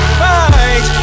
fight